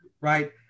right